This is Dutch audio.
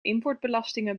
importbelastingen